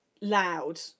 loud